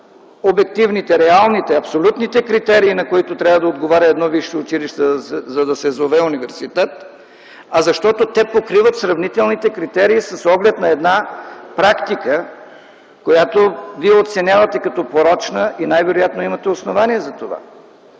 обективните, реалните, абсолютните критерии, на които трябва да отговаря едно висше училище, за да се зове университет, а защото те покриват сравнителните критерии с оглед на една практика, която Вие оценявате като порочна и най-вероятно имате основание за това.